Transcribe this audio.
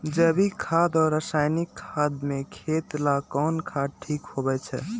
जैविक खाद और रासायनिक खाद में खेत ला कौन खाद ठीक होवैछे?